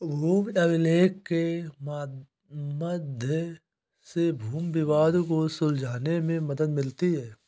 भूमि अभिलेख के मध्य से भूमि विवाद को सुलझाने में मदद मिलती है